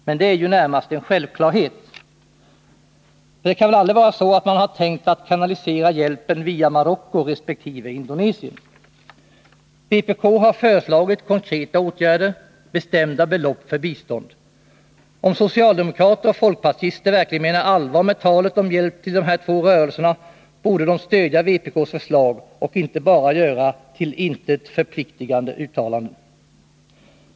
Men det är ju närmast en självklarhet. För det kan väl aldrig vara så att man har tänkt att kanalisera hjälpen via Marocko resp. Indonesien? Vpk har föreslagit konkreta åtgärder och bestämda belopp för bistånd. Om socialdemokrater och folkpartister verkligen menar allvar med talet om hjälp till de här två rörelserna, borde de stödja vpk:s förslag och inte bara göra till intet förpliktande uttalanden.